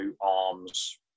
arms